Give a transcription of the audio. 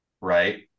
right